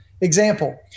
Example